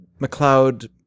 McLeod